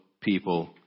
people